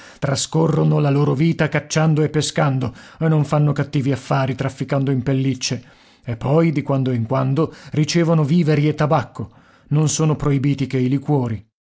trascorrono la loro vita cacciando e pescando e non fanno cattivi affari trafficando in pellicce e poi di quando in quando ricevono viveri e tabacco non sono proibiti che i liquori